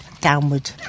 downward